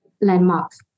landmarks